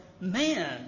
Man